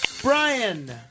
Brian